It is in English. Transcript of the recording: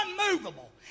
unmovable